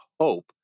hope